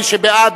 מי שבעד,